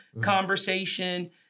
conversation